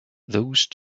those